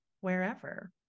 wherever